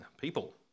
people